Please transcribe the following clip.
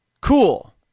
cool